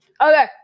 Okay